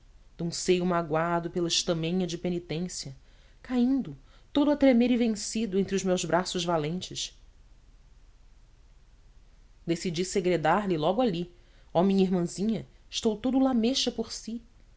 um seio magoado pela estamenha de penitência caindo todo a tremer e vencido entre os meus braços valentes decidi segredar lhe logo ali oh minha irmãzinha estou todo lamecha por si